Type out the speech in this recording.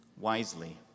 wisely